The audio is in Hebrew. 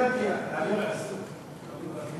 לא הבנתי, אסור לדבר היום?